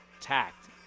tact